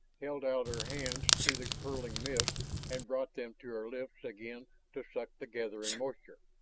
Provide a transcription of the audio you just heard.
held out her hands to the purling mist and brought them to her lips again to suck the gathered moisture.